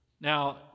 Now